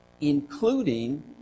including